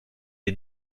est